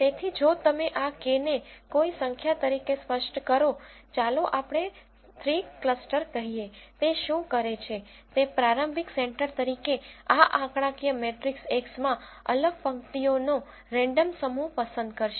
તેથી જો તમે આ K ને કોઈ સંખ્યા તરીકે સ્પષ્ટ કરો ચાલો આપણે 3 ક્લસ્ટર કહીએ તે શું કરે છે તે પ્રારંભિક સેન્ટર તરીકે આ આંકડાકીય મેટ્રિક્સ x માં અલગ પંક્તિઓ નો રેન્ડમ સમૂહ પસંદ કરશે